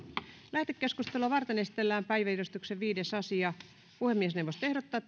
lähetekeskustelua varten esitellään päiväjärjestyksen kuudes asia puhemiesneuvosto ehdottaa